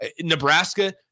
Nebraska